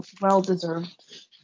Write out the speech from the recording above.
well-deserved